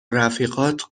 رفیقات